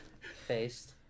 Faced